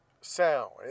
sound